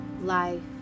life